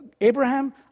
Abraham